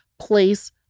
place